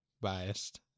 biased